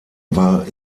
war